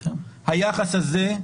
היחס הזה,